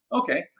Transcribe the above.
Okay